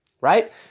right